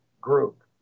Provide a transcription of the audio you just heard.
group